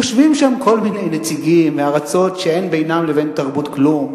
יושבים שם כל מיני נציגים מארצות שאין בינן לבין תרבות כלום,